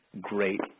great